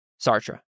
Sartre